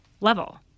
level